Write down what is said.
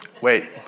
Wait